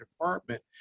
department